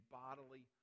bodily